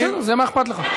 בסדר, זה, מה אכפת לך?